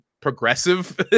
progressive